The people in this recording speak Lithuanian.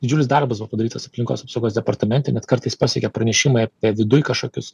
didžiulis darbas buvo padarytas aplinkos apsaugos departamente net kartais pasiekė pranešimai apie viduj kažkokius